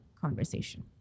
conversation